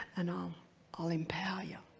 and um i'll empower you.